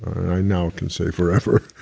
i now can say forever.